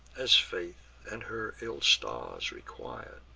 as fate and her ill stars requir'd,